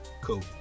Cool